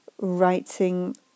writing